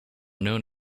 known